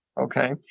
Okay